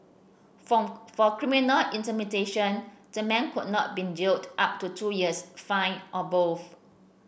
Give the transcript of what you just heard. for for criminal intimidation the man could not been jailed up to two years fined or both